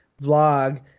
vlog